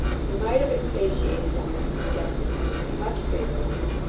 he might have expatiated on this suggestive theme at much greater length,